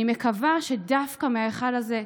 אני מקווה שדווקא מההיכל הזה,